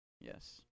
Yes